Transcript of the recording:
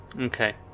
Okay